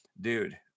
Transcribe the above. dude